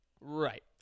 Right